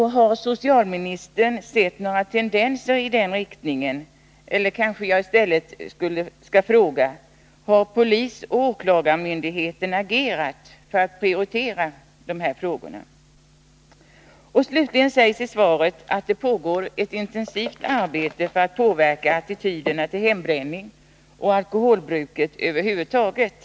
Har socialministern sett några tendenser i den riktningen? Eller jag kanske i stället skall fråga: Har polisoch åklagarmyndigheterna agerat för att prioritera dessa frågor? Och slutligen sägs i svaret att det pågår ett intensivt arbete för att påverka attityderna till hembränning och alkoholbruket över huvud taget.